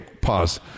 pause